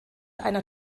einer